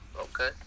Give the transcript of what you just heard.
Okay